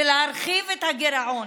ולהרחיב את הגירעון,